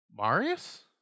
Marius